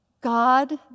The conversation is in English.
God